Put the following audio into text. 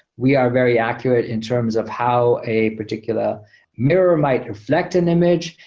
we are very accurate in terms of how a particular mirror might reflect an image.